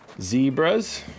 Zebras